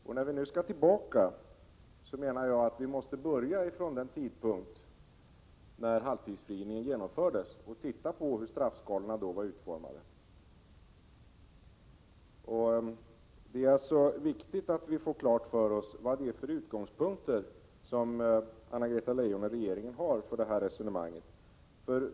Och när vi nu skall gå tillbaka, så menar jag att vi måste börja från den tidpunkt när halvtidsfrigivningen genomfördes och se på hur straffskalorna då var utformade. Det är alltså viktigt att vi får klart för oss vad det är för utgångspunkter som Anna-Greta Leijon och regeringen har för sitt resonemang.